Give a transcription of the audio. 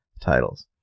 titles